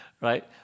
Right